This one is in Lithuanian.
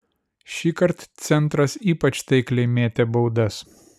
šįkart centras ypač taikliai metė baudas